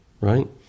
right